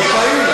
אתה מאוד פעיל.